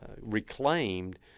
reclaimed